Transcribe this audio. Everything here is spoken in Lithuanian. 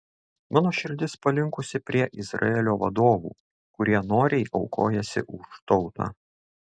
mano širdis palinkusi prie izraelio vadovų kurie noriai aukojasi už tautą